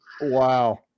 wow